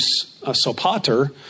Sopater